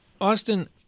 Austin